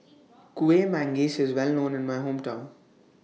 Kueh Manggis IS Well known in My Hometown